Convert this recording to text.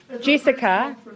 Jessica